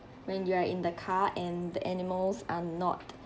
when you're in the car and the animals are not